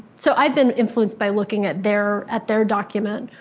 so i've been influenced by looking at their at their document.